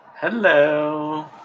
Hello